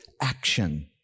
action